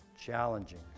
challenging